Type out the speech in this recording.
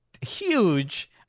huge